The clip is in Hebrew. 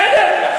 בסדר.